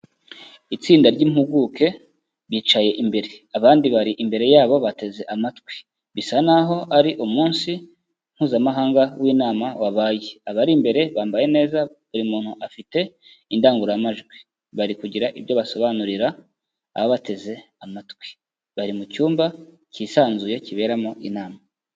Itsinda ry'impuguke bicaye imbere, abandi bari imbere yabo bateze amatwi, bisa n'aho ari umunsi mpuzamahanga w'inama wabaye, abari imbere bambaye neza buri muntu afite indangururamajwi. Bari kugira ibyo basobanurira ababateze amatwi, bari mu cyumba kisanzuye kiberamo inama.